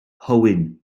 hywyn